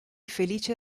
felice